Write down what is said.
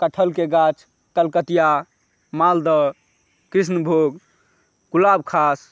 कटहलके गाछ कलकतिया मालदह कृष्णभोग गुलाबखास